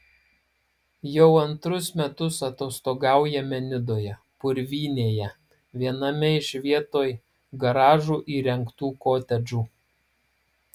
jau antrus metus atostogaujame nidoje purvynėje viename iš vietoj garažų įrengtų kotedžų